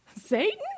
Satan